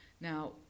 Now